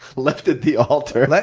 left at the altar.